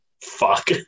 Fuck